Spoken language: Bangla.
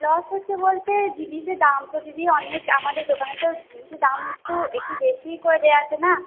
লস হচ্ছে বলতে জিনিসের দাম তো দিদি অনেক আমাদের দোকানে তো জিনিসের দাম একটু একটু বেশিই করে দেওয়া আছে না